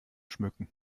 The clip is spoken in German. schmücken